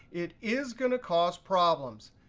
it is going to cause problems.